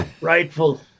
rightful